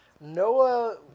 Noah